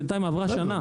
בינתיים עברה שנה.